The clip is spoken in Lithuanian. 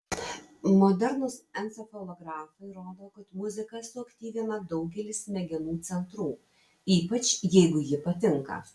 modernūs encefalografai rodo kad muzika suaktyvina daugelį smegenų centrų ypač jeigu ji patinka